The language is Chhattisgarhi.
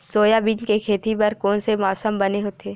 सोयाबीन के खेती बर कोन से मौसम बने होथे?